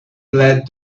glad